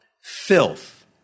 filth